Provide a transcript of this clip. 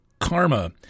karma